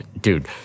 dude